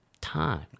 Time